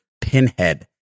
Pinhead